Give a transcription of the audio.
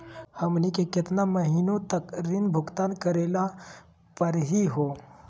हमनी के केतना महीनों तक ऋण भुगतान करेला परही हो?